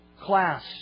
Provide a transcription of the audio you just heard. class